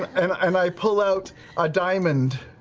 and i pull out a diamond.